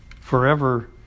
forever